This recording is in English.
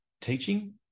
teaching